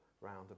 round